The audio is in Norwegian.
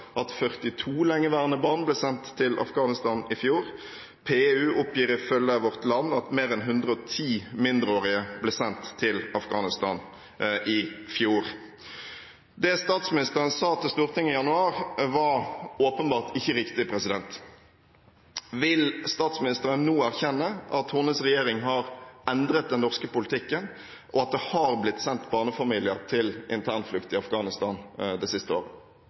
at 42 lengeværende barn ble sendt til Afghanistan i fjor. PU oppgir ifølge Vårt Land at mer enn 110 mindreårige ble sendt til Afghanistan i fjor. Det statsministeren sa til Stortinget i januar, var åpenbart ikke riktig. Vil statsministeren nå erkjenne at hennes regjering har endret den norske politikken og at det har blitt sendt barnefamilier til internflukt i Afghanistan det siste året?